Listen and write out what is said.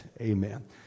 Amen